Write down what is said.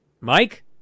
Mike